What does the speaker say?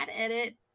edit